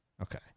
Okay